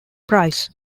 price